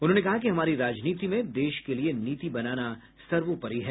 उन्होंने कहा कि हमारी राजनीति में देश के लिए नीति बनाना सर्वोपरि है